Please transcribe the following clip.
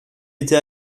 était